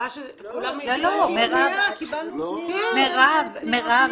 ראה --- קיבלנו פניות מנשים.